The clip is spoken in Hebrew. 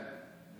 כן.